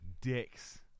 Dicks